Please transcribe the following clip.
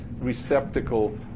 receptacle